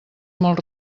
molt